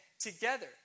together